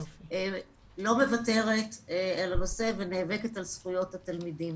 היא לא מוותרת על הנושא ונאבקת על זכויות התלמידים